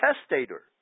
testator